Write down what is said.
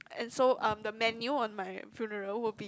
and so um the menu on my funeral will be